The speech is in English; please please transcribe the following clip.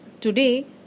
Today